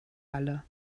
alle